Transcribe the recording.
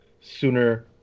sooner